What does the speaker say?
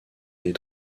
des